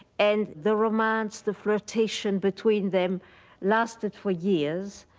and the romance, the flirtation between them lasted for years.